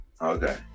okay